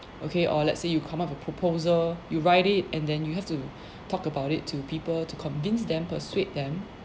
okay or let's say you come up with a proposal you write it and then you have to talk about it to people to convince them persuade them